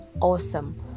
awesome